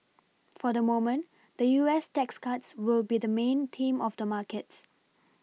for the moment the U S tax cuts will be the main theme of the markets